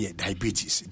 diabetes